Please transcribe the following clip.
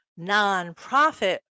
nonprofit